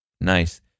Nice